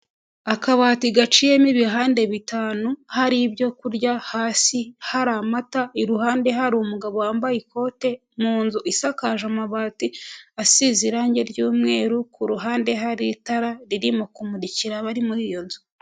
Akabati gaciyemo ibihande bitanu, hari ibyo kurya hasi, hari amata iruhande, hari umugabo wambaye ikote, mu nzu isakaje amabati asize irangi ry'umweru ku ruhande hari itara ririmo kumurikira abari muri iyo nzu.